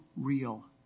real